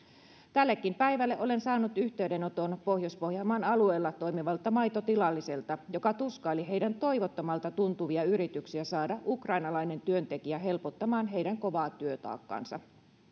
tänäkin päivänä olen saanut yhteydenoton pohjois pohjanmaan alueella toimivalta maitotilalliselta joka tuskaili heidän toivottomalta tuntuvia yrityksiään saada ukrainalainen työntekijä helpottamaan heidän kovaa työtaakkaansa